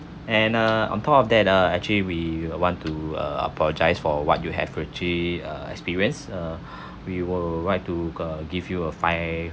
and uh on top of that uh actually we want to uh apologise for what you have actually uh experience uh we will write to uh give you a five